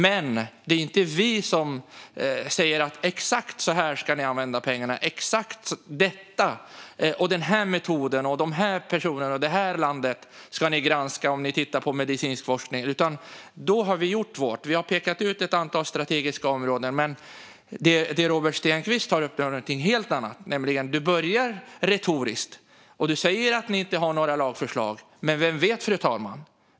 Men det är inte vi som säger exakt hur pengarna ska användas. Vi säger inte exakt till vad de ska gå. Vi säger inte exakt vilken metod som ska användas, vilka personer som ska ingå och vilket land man ska granska om det handlar till exempel om medicinsk forskning. Då har vi redan gjort vårt. Vi har pekat ut ett antal strategiska områden. Men det Robert Stenkvist tar upp rör någonting helt annat. Han börjar retoriskt, och han säger att SD inte har några lagförslag. Men vem vet, fru talman?